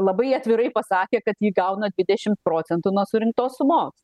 labai atvirai pasakė kad ji gauna dvidešimt procentų nuo surinktos sumos